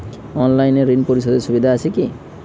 অনলাইনে ঋণ পরিশধের সুবিধা আছে কি?